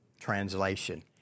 translation